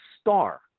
star